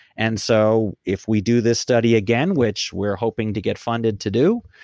and so if we do this study again, which we're hoping to get funded to do,